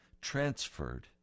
transferred